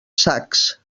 sacs